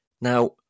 Now